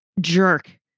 jerk